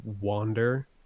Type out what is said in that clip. wander